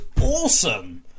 awesome